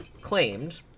claimed